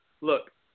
Look